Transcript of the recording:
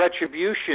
retribution